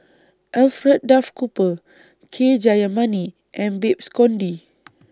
Alfred Duff Cooper K Jayamani and Babes Conde